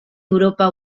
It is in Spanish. europa